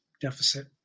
deficit